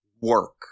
work